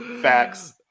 Facts